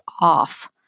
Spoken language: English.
off